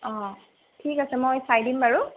অ ঠিক আছে মই চাই দিম বাৰু